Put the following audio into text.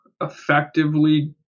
effectively